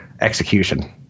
execution